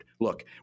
look